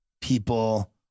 people